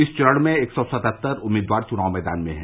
इस चरण में एक सौ सतहत्तर उम्मीदवार चुनाव मैदान में हैं